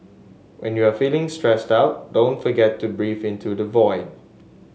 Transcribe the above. when you are feeling stressed out don't forget to breathe into the void